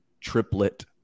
triplet